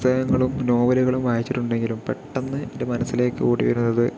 പുസ്തകങ്ങളും നോവലുകളും വായിച്ചിട്ടുണ്ടെങ്കിലും പെട്ടെന്ന് എൻ്റെ മനസ്സിലേക്ക് ഓടിവരുന്നത്